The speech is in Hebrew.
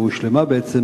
או הושלמה בעצם,